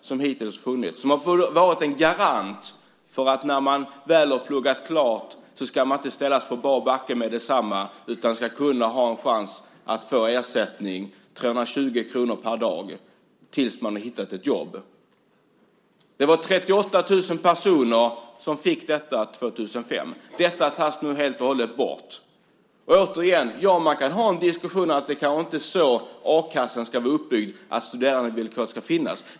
Det har hittills varit en garanti för att man inte ska ställas på bar backe när man väl har pluggat klart. Man ska kunna ha en chans att få en ersättning om 320 kr per dag tills man har hittat ett jobb. 2005 fick 38 000 personer denna ersättning. Den möjligheten tas nu helt och hållet bort. Återigen vill jag säga: Ja, man kan ha en diskussion om att a-kassan kanske inte ska vara uppbyggd på det viset. Studerandevillkoret ska kanske inte finnas.